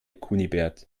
kunibert